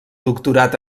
doctorat